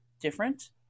different